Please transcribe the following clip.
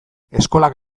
eskolak